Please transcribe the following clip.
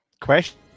Question